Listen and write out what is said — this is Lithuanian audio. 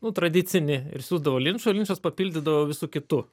nu tradicinį ir siųsdavo linčui o linčas papildydavo visu kitu